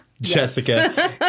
Jessica